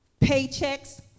paychecks